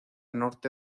norte